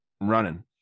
running